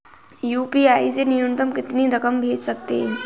UPI से न्यूनतम कितनी रकम भेज सकते हैं?